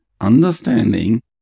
Understanding